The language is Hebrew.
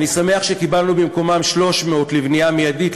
אני שמח שקיבלנו במקומם 300 לבנייה מיידית,